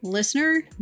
Listener